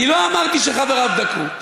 אני לא אמרתי שחבריו דקרו.